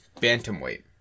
Bantamweight